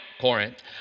Corinth